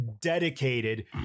dedicated